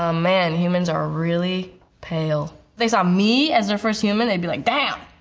ah man, humans are really pale. they saw me as their first human, they'd be like damn!